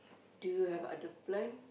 do you have other plan